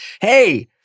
hey